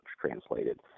translated